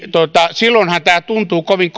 silloinhan tämä tuntuu kovin